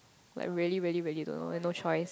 like really really really don't and no chooses